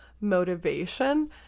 motivation